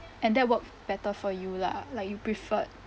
and that worked better for you lah like you preferred